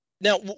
Now